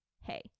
hey